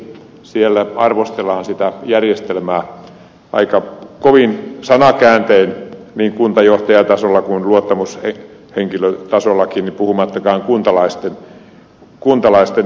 siellä arvostellaan sitä järjestelmää aika kovin sanakääntein niin kuntajohtajatasolla kuin luottamushenkilötasollakin puhumattakaan kuntalaisten näkemyksistä